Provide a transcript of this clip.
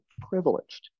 privileged